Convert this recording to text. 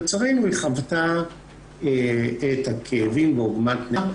לצערנו, היא חוותה את הכאבים ועוגת נפש